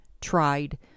tried